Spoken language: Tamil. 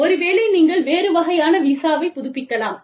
ஒருவேளை நீங்கள் வேறு வகையான விசாவை புதுப்பிக்கலாம்